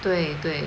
对对